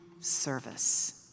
service